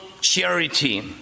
charity